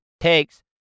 takes